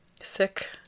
sick